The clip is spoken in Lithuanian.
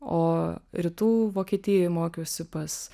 o rytų vokietijoj mokiausi pas